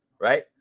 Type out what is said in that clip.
right